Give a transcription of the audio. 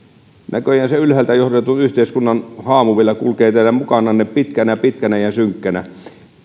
näköjään se ylhäältä johdetun yhteiskunnan haamu vielä kulkee teidän mukananne pitkänä pitkänä ja synkkänä